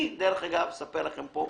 לכל